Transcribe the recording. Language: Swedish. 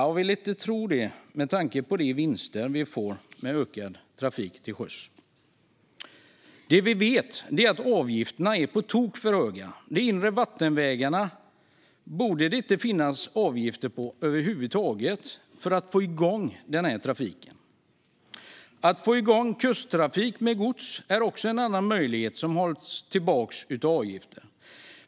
Jag vill inte tro det, med tanke på de vinster vi får med ökad trafik till sjöss. Det vi vet är att avgifterna är på tok för höga. De inre vattenvägarna borde det inte finnas avgifter på över huvud taget. Då skulle man få igång denna trafik. Att få igång kusttrafik med gods är en annan möjlighet som också hålls tillbaka av avgifter.